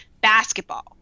basketball